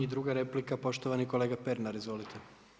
I druga replika poštovani kolega Pernar, izvolite.